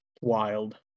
Wild